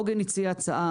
עוגן הציעה הצעה,